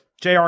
JR